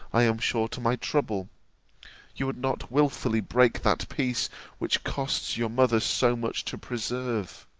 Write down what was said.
i am sure, to my trouble you would not wilfully break that peace which costs your mother so much to preserve.